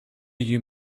you